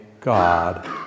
God